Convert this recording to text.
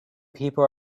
people